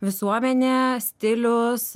visuomenė stilius